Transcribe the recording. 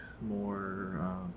more